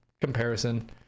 comparison